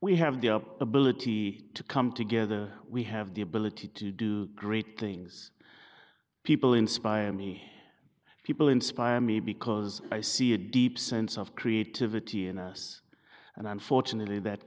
we have the ability to come together we have the ability to do great things people inspire me people inspire me because i see a deep sense of creativity and us and unfortunately that